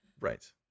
Right